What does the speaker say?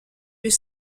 eût